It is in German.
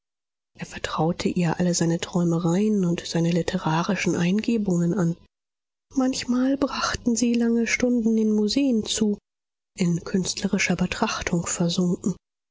er vertraute ihr alle seine träumereien und seine literarischen eingebungen an manchmal brachten sie lange stunden in museen zu in künstlerische betrachtung versunken